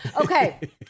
Okay